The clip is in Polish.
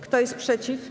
Kto jest przeciw?